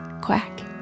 Quack